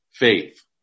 Faith